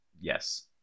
Yes